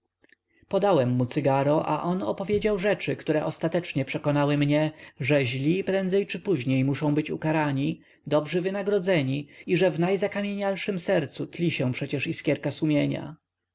podałem mu cygaro a on opowiedział rzeczy które ostatecznie przekonały mnie że źli prędzej czy później muszą być ukarani dobrzy wynagrodzeni i że w najzakamienialszem sercu tli się przecież iskra sumienia